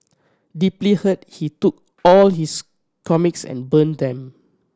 deeply hurt he took all his comics and burnt them